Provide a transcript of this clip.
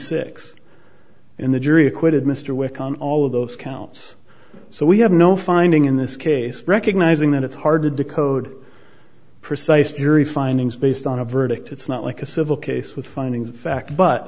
six in the jury acquitted mr wick on all of those counts so we have no finding in this case recognizing that it's hard to decode precise jury findings based on a verdict it's not like a civil case with findings of fact but